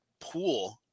pool